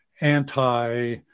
anti